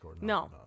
no